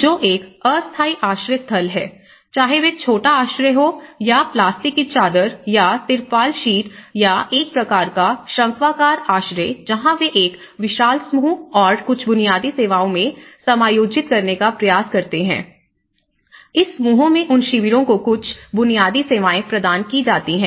जो एक अस्थायी आश्रय स्थल है चाहे वह छोटा आश्रय हो या प्लास्टिक की चादर या तिरपाल शीट या एक प्रकार का शंक्वाकार आश्रय जहाँ वे एक विशाल समूह और कुछ बुनियादी सेवाओं में समायोजित करने का प्रयास करते हैं इस समूहों में उन शिविरों को कुछ बुनियादी सेवाएं प्रदान की जाती हैं